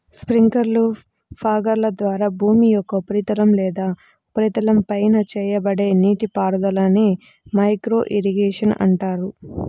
స్ప్రింక్లర్లు, ఫాగర్ల ద్వారా భూమి యొక్క ఉపరితలం లేదా ఉపరితలంపై చేయబడే నీటిపారుదలనే మైక్రో ఇరిగేషన్ అంటారు